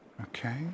Okay